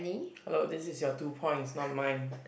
hello this is your two points not mine